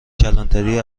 کلانتری